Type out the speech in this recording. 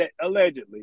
Allegedly